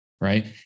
right